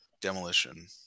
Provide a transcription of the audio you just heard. Demolition